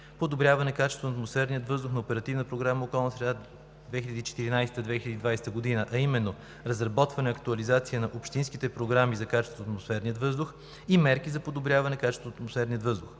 Подобряване качеството на атмосферния въздух, на Оперативна програма „Околна среда 2014 – 2020 г.“, а именно разработване, актуализация на общинските програми за качеството на атмосферния въздух и мерки за подобряване качеството на атмосферния въздух.